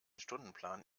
stundenplan